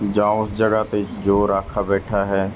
ਜਾਂ ਉਸ ਜਗ੍ਹਾ 'ਤੇ ਜੋ ਰਾਖਾ ਬੈਠਾ ਹੈ